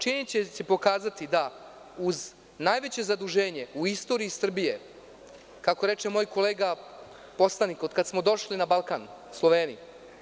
Činjenice će pokazati da uz najveće zaduženje u istoriji Srbije, kako reče moj kolega poslanik od kada smo došli na Balkan, Sloveni.